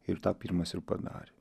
ir tą pirmas ir padarė